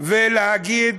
להגיד